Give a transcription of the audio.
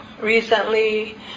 recently